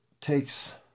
Takes